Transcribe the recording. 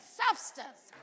substance